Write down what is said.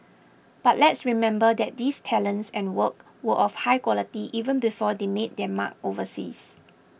but let's remember that these talents and work were of high quality even before they made their mark overseas